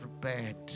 prepared